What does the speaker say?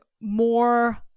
more